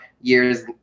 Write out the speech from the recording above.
years